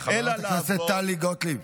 אלא לעבוד,